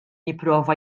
jipprova